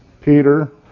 Peter